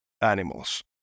animals